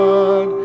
God